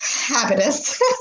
habitus